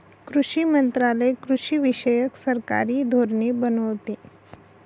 कृषी मंत्रालय कृषीविषयक सरकारी धोरणे बनवते